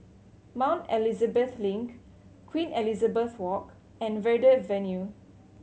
Mount Elizabeth Link Queen Elizabeth Walk and Verde Avenue